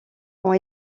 ont